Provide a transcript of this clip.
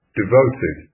devoted